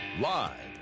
Live